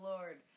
Lord